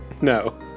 No